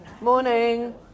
morning